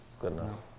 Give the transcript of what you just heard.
Goodness